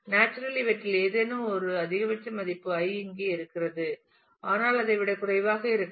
naturally இவற்றில் ஏதேனும் ஒரு அதிகபட்ச மதிப்பு i இங்கே இருக்கிறது ஆனால் அதை விட குறைவாக இருக்கலாம்